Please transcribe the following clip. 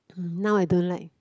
now I don't like